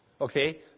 Okay